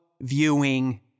viewing